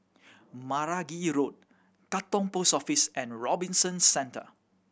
Meragi Road Katong Post Office and Robinson Centre